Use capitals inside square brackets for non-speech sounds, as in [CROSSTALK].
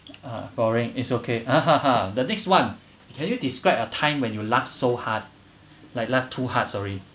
uh boring is okay ah [LAUGHS] the next one can you describe a time when you laugh so hard like laugh too hard sorry